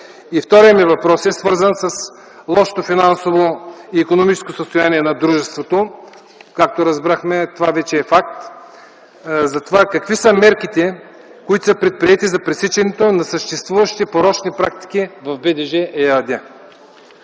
Вторият ми въпрос е свързан с лошото финансово и икономическо състояние на дружеството. Както разбрахме, това вече е факт. Какви са предприетите мерки за пресичане на съществуващите порочни практики в БДЖ ЕАД?